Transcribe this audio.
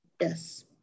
Yes